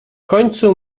końcu